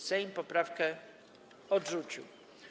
Sejm poprawkę odrzucił.